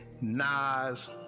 Nas